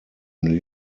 new